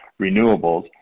renewables